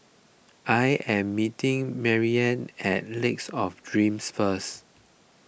I am meeting Marianne at Lakes of Dreams first